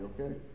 okay